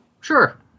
Sure